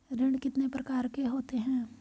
ऋण कितने प्रकार के होते हैं?